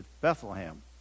Bethlehem